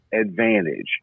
advantage